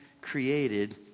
created